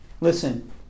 listen